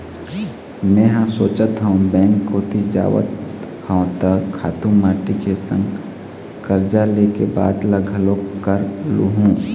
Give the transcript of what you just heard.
मेंहा सोचत हव बेंक कोती जावत हव त खातू माटी के संग करजा ले के बात ल घलोक कर लुहूँ